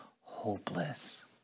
hopeless